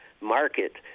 market